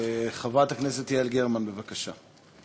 חברת הכנסת יעל גרמן, בבקשה.